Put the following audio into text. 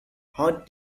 hunt